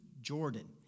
Jordan